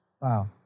Wow